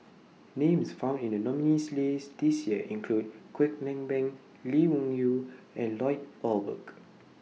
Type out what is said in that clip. Names found in The nominees' list This Year include Kwek Leng Beng Lee Wung Yew and Lloyd Valberg